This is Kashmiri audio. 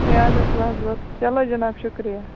ہے اَدٕ حظ بہٕ حظ وٲژٕس چلو جناب شُکریہ